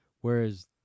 whereas